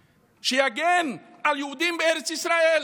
שיגן על יהודים בארץ ישראל.